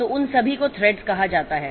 तो उन सभी को थ्रेड्स कहा जाता है